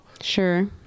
Sure